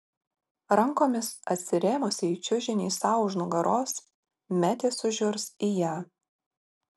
rankomis atsirėmusi į čiužinį sau už nugaros metė sužiurs į ją